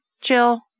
Jill